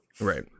Right